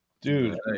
Dude